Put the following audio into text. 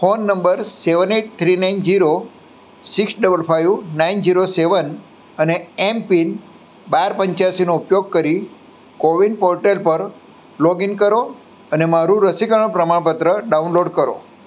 phone number seven eight three nine zero six double five nine zero seven અને MPIN બાર પંચયાસીનો ઉપયોગ કરી કોવિન પોર્ટલ પર લોગઈન કરો અને મારું રસીકરણ પ્રમાણપત્ર ડાઉનલોડ કરો